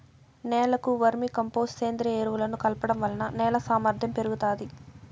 నేలకు vermicompost, సేంద్రీయ ఎరువులను కలపడం వలన నేల సామర్ధ్యం పెరుగుతాది